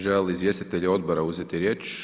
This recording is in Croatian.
Žele li izvjestitelji odbora uzeti riječ?